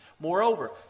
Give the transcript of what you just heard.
Moreover